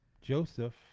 Joseph